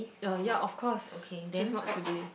oh ya of course just not today